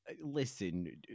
listen